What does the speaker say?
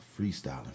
freestyling